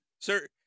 Sir